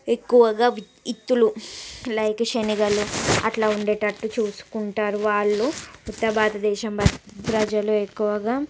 ఎక్కువగా ఇత్తులు లైక్ శనగలు అట్లా ఉండేటట్టు చూసుకుంటారు వాళ్ళు ఉత్తర భారత దేశం ప్రజలు ఎక్కువగా